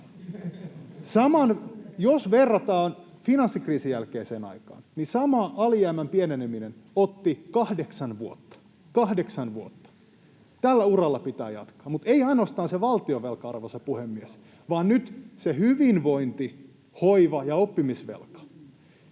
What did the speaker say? Jos verrataan finanssikriisin jälkeiseen aikaan, niin sama alijäämän pieneneminen otti kahdeksan vuotta — kahdeksan vuotta. Tällä uralla pitää jatkaa. Mutta ei ainoastaan siitä valtionvelasta, arvoisa puhemies, vaan nyt täytyy kantaa huolta